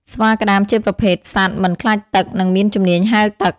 ស្វាក្តាមជាប្រភេទសត្វមិនខ្លាចទឹក និងមានជំនាញហែលទឹក។